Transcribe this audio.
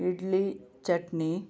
idli chutney